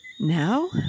Now